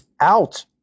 out